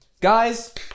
guys